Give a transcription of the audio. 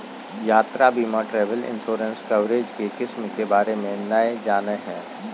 यात्रा बीमा travel insurance coverage के किस्म के बारे में नय जानय हइ